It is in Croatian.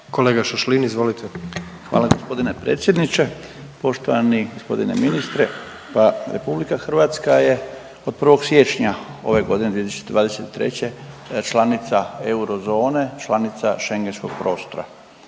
**Šašlin, Stipan (HDZ)** Hvala gospodine predsjedniče. Poštovani gospodine ministre, pa RH je od 1. siječnja ove godine 2023. članica eurozone, članica Schengenskog prostora.